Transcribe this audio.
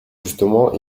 justement